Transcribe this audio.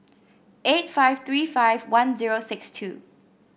eight five three five one zero six two